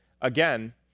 again